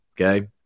okay